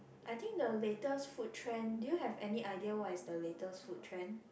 I think the latest food trend do you have any idea what is the latest food trend